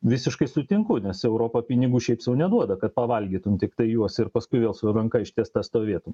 visiškai sutinku nes europa pinigų šiaip sau neduoda kad pavalgytum tiktai juos ir paskui vėl su ranka ištiesta stovėtum